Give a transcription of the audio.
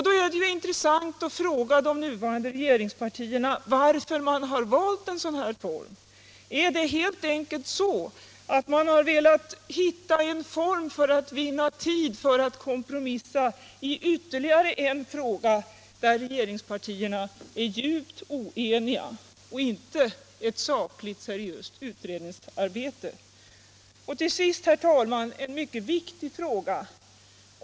Då är det intressant att fråga de nuvarande regeringspartierna varför de har valt en sådan här form. Är det helt enkelt så att man har velat hitta en form för att vinna tid för att kompromissa i ytterligare en fråga där regeringspartierna är djupt oeniga och inte en form för ett sakligt och seriöst utredningsarbete? Till sist, herr talman, en mycket viktig fråga.